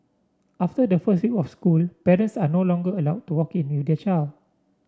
after the first week of school parents are no longer allowed to walk in with their child